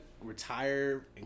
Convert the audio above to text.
retire